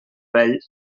vell